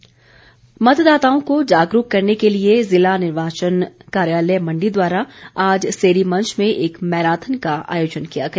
जागरूकता मतदाताओं को जागरूक करने के लिए ज़िला निर्वाचन कार्यालय मण्डी द्वारा आज सेरीमंच में एक मैराथन का आयोजन किया गया